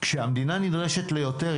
כשהמדינה נדרשת ליותר,